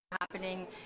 ...happening